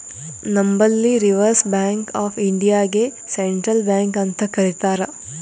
ನಂಬಲ್ಲಿ Reserve Bank of ಇಂಡಿಯಾಗೆ central bank ಅಂತ್ ಕರಿತಾರ್